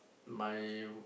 my